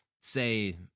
say